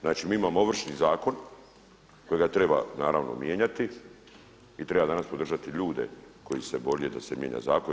Znači mi imamo Ovršni zakon kojega treba naravno mijenjati i treba danas podržati ljude koji se bore da se mijenja zakon.